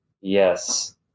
yes